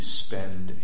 spend